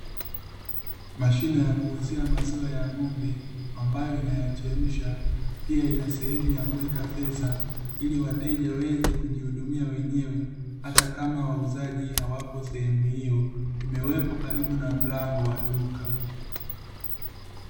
Mashine ya kuuzia maziwa ya ng'ombe ambayo inayachemsha, pia ina sehemu ya kuweka fedha, ili wateja waweze kujihudumia mwenyewe hata kama wauzaji hawapo sehemu hiyo. Imewekwa karibu na mlango wa duka.